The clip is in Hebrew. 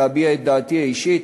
להביע את דעתי האישית,